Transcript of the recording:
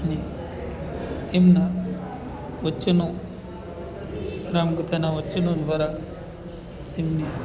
અને એમના વચનો રામકથાના વચનો દ્વારા એમને